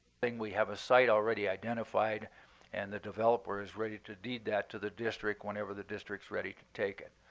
think we have a site already identified and the developer is ready to deed that to the district whenever the district's ready to take it.